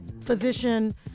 physician